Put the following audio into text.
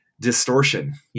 distortion